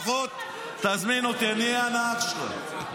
לפחות תזמין אותי, אני אהיה הנהג שלך.